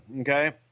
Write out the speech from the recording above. Okay